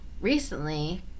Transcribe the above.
recently